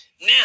Now